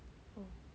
mm